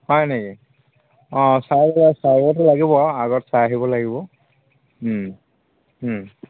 হয় নেকি অঁ চাই লাগিব আগত চাই আহিব লাগিব